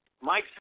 Mike